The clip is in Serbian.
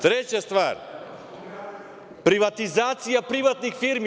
Treća stvar, privatizacija privatnih firmi.